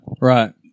Right